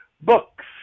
Books